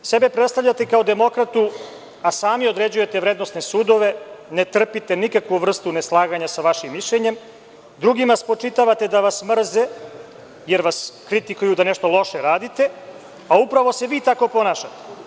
Sebe predstavljate kao demokratu, a sami određujete vrednosne sudove, ne trpite nikakvu vrstu neslaganja sa vašim mišljenjem, drugima spočitavate da vas mrze, jer vas kritikuju da nešto loše radite, a upravo se vi tako ponašate.